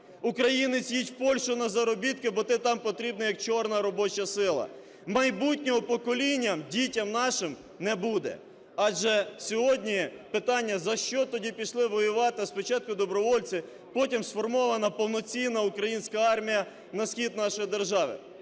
українець їдь у Польщу на заробітки, бо ти там потрібний як чорна робоча сила. Майбутнього поколінням, дітям нашим не буде. Адже сьогодні питання, за що тоді пішли воювати спочатку добровольці, потім сформована повноцінна українська армія на схід нашої держави?